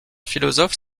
philosophes